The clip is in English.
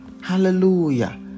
hallelujah